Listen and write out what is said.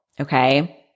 Okay